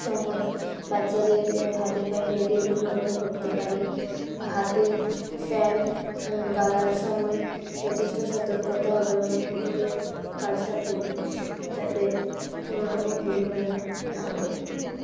সময়ে বাচ্চাদের হাতে পায়ে লেগে দুর্ঘটনা ঘটতে পারে ভাতের ফ্যান গালার সময়ে যথেষ্ট সতর্কতা অবলম্বন করে কাজটা করি যাতে কোনওরকম দুর্ঘটনা না ঘটে